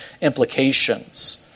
implications